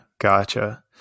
Gotcha